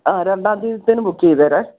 ആ രണ്ടാം തീയതിത്തേന് ബുക്ക് ചെയ്തേരെ